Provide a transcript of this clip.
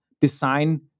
design